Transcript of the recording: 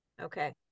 Okay